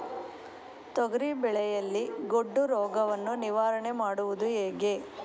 ತೊಗರಿ ಬೆಳೆಯಲ್ಲಿ ಗೊಡ್ಡು ರೋಗವನ್ನು ನಿವಾರಣೆ ಮಾಡುವುದು ಹೇಗೆ?